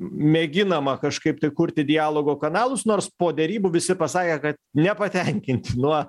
mėginama kažkaip tai kurti dialogo kanalus nors po derybų visi pasakė kad nepatenkinti nuo